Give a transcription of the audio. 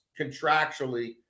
contractually